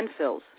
landfills